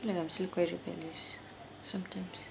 like I'm still quite rebellious sometimes